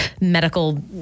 medical